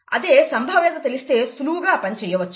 అదే సంభావ్యత తెలిస్తే సులువుగా ఆ పని చేయవచ్చు